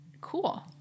Cool